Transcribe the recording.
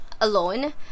alone